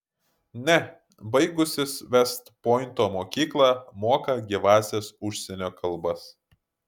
ne baigusis vest pointo mokyklą moka gyvąsias užsienio kalbas